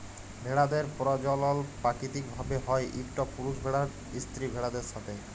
ভেড়াদের পরজলল পাকিতিক ভাবে হ্যয় ইকট পুরুষ ভেড়ার স্ত্রী ভেড়াদের সাথে